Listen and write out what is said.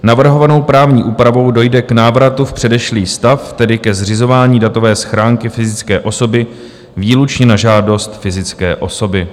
Navrhovanou právní úpravou dojde k návratu v předešlý stav, tedy ke zřizování datové schránky fyzické osoby výlučně na žádost fyzické osoby.